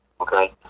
Okay